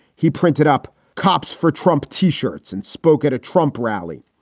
he printed up cops for trump t-shirts and spoke at a trump rally.